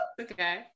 Okay